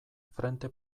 frente